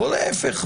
לא להפך.